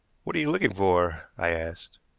what are you looking for? i asked.